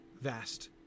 vast